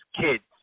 kids